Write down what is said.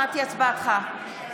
נוכח ולא אומר הצבעתו יעל רון בן משה,